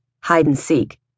hide-and-seek